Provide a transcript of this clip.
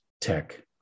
tech